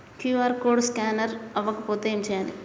QR code scanner అవ్వకపోతే ఏం చేయాలి?